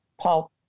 Paul